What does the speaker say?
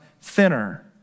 thinner